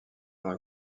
alors